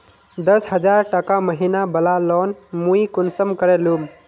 दस हजार टका महीना बला लोन मुई कुंसम करे लूम?